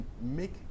make